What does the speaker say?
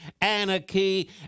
anarchy